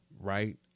Right